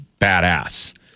badass